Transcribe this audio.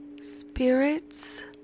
Spirits